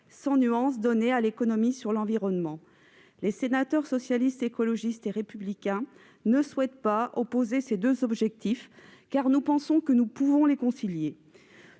sans nuance, donnée à l'économie sur l'environnement. Nous, sénateurs Socialistes, Écologistes et Républicains, ne souhaitons pas opposer ces deux objectifs, car nous pensons que nous pouvons les concilier.